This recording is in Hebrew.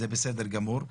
זה בסדר גמור.